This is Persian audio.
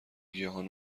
گیاهان